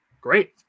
great